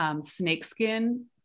snakeskin